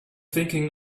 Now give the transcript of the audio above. thinking